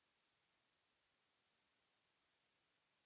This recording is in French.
Merci,